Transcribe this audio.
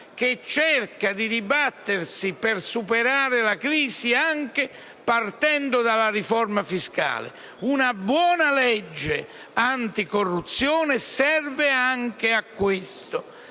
che cerca di dibattersi per superare la crisi partendo anche dalla riforma fiscale. Una buona legge anticorruzione serve anche a questo.